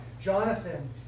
Jonathan